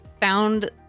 found